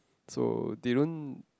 so they don't